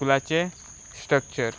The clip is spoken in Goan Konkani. स्कुलाचें स्ट्रक्चर